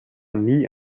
nie